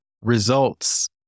results